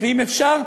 ואם אפשר,